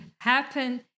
happen